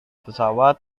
pesawat